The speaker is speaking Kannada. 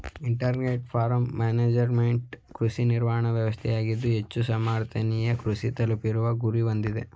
ಇಂಟಿಗ್ರೇಟೆಡ್ ಫಾರ್ಮ್ ಮ್ಯಾನೇಜ್ಮೆಂಟ್ ಕೃಷಿ ನಿರ್ವಹಣಾ ವ್ಯವಸ್ಥೆಯಾಗಿದ್ದು ಹೆಚ್ಚು ಸಮರ್ಥನೀಯ ಕೃಷಿ ತಲುಪಿಸುವ ಗುರಿ ಹೊಂದಿದೆ